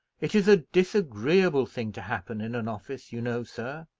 it is a disagreeable thing to happen in an office, you know, sir.